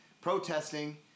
protesting